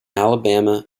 alabama